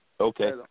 Okay